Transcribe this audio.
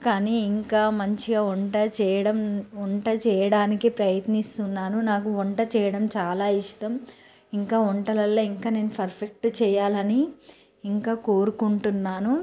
కానీ ఇంకా మంచిగా వంట చేయడం వంట చేయడానికి ప్రయత్నిస్తున్నాను నాకు వంట చేయడం చాలా ఇష్టం ఇంకా వంటలల్లో ఇంకా నేను ఫర్ఫెక్ట్ చెయ్యాలని ఇంకా కోరుకుంటున్నాను